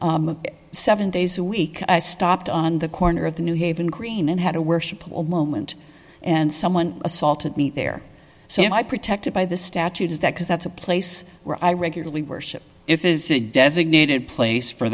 seven days a week i stopped on the corner of the new haven green and had a worship moment and someone assaulted me there so i protected by the statute is that because that's a place where i regularly worship if it's a designated place for